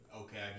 okay